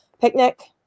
picnic